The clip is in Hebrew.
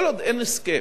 כל עוד אין הסכם